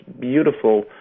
beautiful